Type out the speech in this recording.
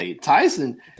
Tyson